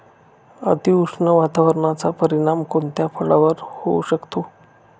अतिउष्ण वातावरणाचा परिणाम कोणत्या फळावर होऊ शकतो?